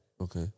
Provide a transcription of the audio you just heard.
Okay